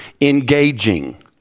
engaging